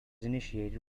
initiated